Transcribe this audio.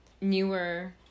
newer